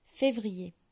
Février